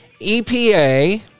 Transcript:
EPA